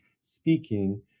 speaking